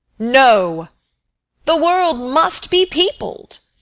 no the world must be peopled.